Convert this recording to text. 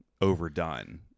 overdone